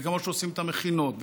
וכמו שעושים את המכינות,